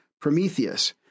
Prometheus